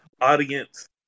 audience